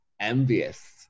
envious